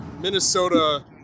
Minnesota